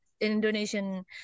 Indonesian